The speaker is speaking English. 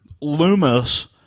Loomis